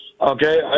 okay